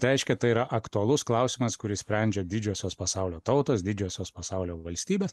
reiškia tai yra aktualus klausimas kurį sprendžia didžiosios pasaulio tautos didžiosios pasaulio valstybės